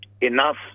Enough